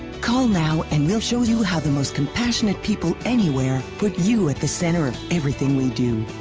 call now and we'll show you how the most compassionate people anywhere put you at the center of everything we do.